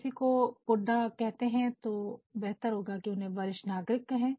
किसी को बुड्ढा कहते हैं तो बेहतर होगा उन्हें वरिष्ठ नागरिक कहें